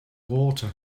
water